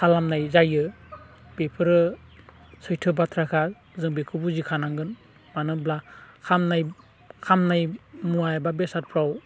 खालामनाय जायो बेफोरो सैथो बाथ्राखा जों बेखौ बुजिखानांगोन मानो होनब्ला खामनाय मुवा एबा बेसादफ्राव